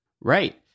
right